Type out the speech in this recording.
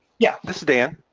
yeah. this is dan.